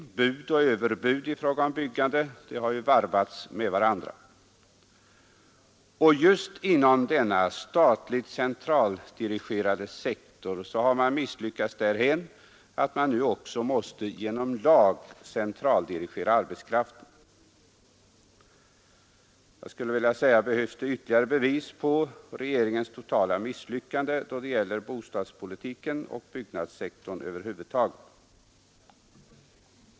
Bud och överbud i fråga om byggande har ju varvats med varandra. Och just inom denna statligt centraldirigerade sektor har man misslyckats därhän att man nu också måste genom lag centraldirigera arbetskraften. Behövs det ytterligare bevis på regeringens totala misslyckande då det gäller bostadspolitiken och byggnadssektorn över huvud taget?